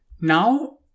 Now